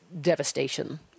devastation